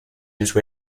use